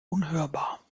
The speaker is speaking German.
unhörbar